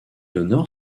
honore